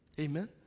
Amen